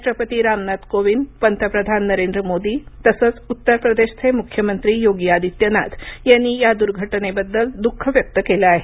राष्ट्रपती रामनाथ कोविंद पंतप्रधान नरेंद्र मोदी तसंच उत्तरप्रदेशचे मुख्यमंत्री योगी आदित्यनाथ यांनी या दुर्घटनेबद्दल दुःख व्यक्त केलं आहे